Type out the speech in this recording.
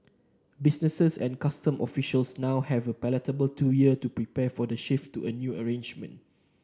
businesses and customs officials now have a palatable two year to prepare for the shift to the new arrangement